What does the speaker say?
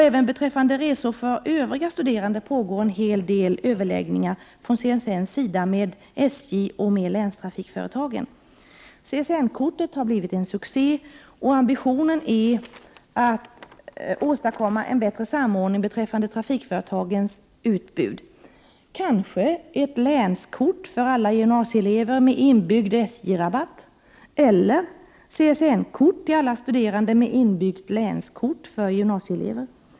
Även beträffande resor för övriga studerande pågår en hel del överläggningar från CSN:s sida med SJ och länstrafikföretagen. CSN-kortet har blivit en succé. Ambitionen är att åstadkomma en bättre samordning beträffande trafikföretagens utbud — kanske ett länskort för alla gymnasieelever med inbyggd SJ-rabatt eller CSN-kort till alla studerande med inbyggt länskort för gymnasieelever.